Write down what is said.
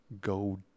go